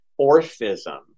Orphism